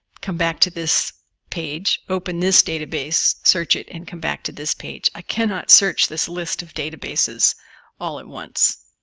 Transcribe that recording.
come back to this page, open this database, search it, and come back to this page. i cannot search this list of databases all at once.